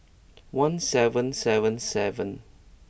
one seven seven seven